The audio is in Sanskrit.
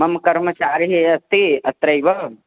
मम कर्मचारी अस्ति अत्रैव